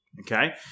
okay